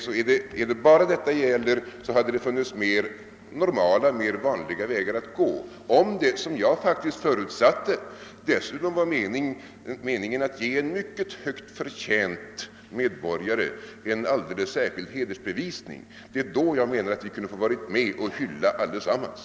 Om det bara var detta det gällde, så hade det funnits mera normala och vanliga vägar att gå. Om det — som jag faktiskt förutsatte — dessutom var meningen att ge en mycket högt förtjänt medborgare en alldeles särskild hedersbevisning, så menar jag att vi hade kunnat få vara med om hyllningen allesammans.